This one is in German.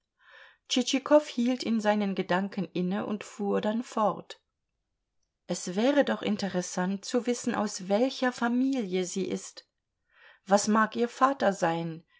tschitschikow hielt in seinen gedanken inne und fuhr dann fort es wäre doch interessant zu wissen aus welcher familie sie ist was mag ihr vater sein